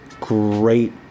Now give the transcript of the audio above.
great